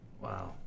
Wow